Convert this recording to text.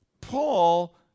Paul